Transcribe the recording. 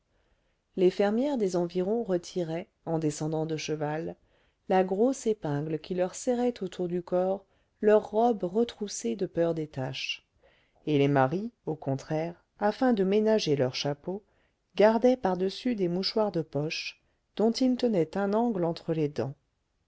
les fermières des environs retiraient en descendant de cheval la grosse épingle qui leur serrait autour du corps leur robe retroussée de peur des taches et les maris au contraire afin de ménager leurs chapeaux gardaient par-dessus des mouchoirs de poche dont ils tenaient un angle entre les dents